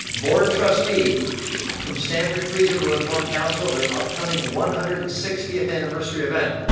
board trustee from stamford collegiate will inform council of their upcoming one hundred and sixtieth anniversary event.